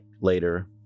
later